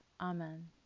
Amen